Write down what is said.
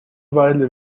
widely